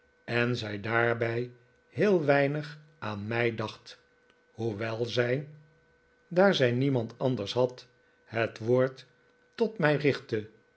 en zij daarbij heel weinig aan mij dacht hoewel zij daar zij david copperfield niemand anders had het woord tot mij richtte